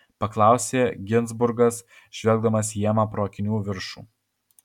paklausė ginzburgas žvelgdamas į emą pro akinių viršų